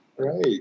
Right